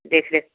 देखरेख